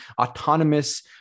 autonomous